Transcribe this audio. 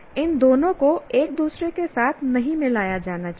इन दोनों को एक दूसरे के साथ नहीं मिलाया जाना चाहिए